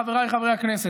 חבריי חברי הכנסת,